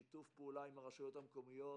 בשיתוף פעולה עם הרשויות המקומיות,